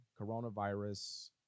coronavirus